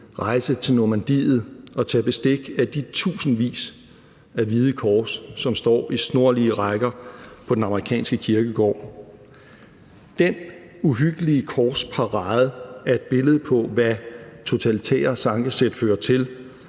rejse til Normandiet og tage bestik af de tusindvis af hvide kors, som står i snorlige rækker på den amerikanske kirkegård. Den uhyggelige korsparade er et billede på, hvad totalitære tankesæt fører til,